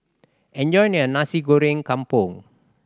enjoy your Nasi Goreng Kampung